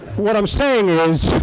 what i'm saying is